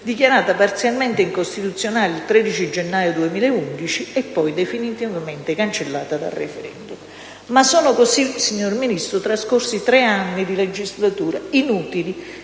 (dichiarata parzialmente incostituzionale il 13 gennaio 2011 e poi, definitivamente, cancellata dal *referendum*). Sono così trascorsi, signor Ministro, tre anni di legislatura inutili